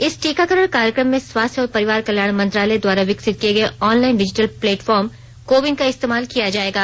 इस टीकाकरण कार्यक्रम में स्वास्थ्य और परिवार कल्याण मंत्रालय द्वारा विकसित किए गए online digital platform CoWIN का इस्तेमाल किया जाएगा